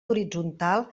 horitzontal